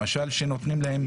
למשל כשנותנים להם